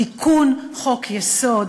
תיקון חוק-יסוד,